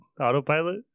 autopilot